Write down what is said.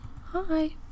Hi